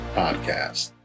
podcast